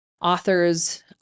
authors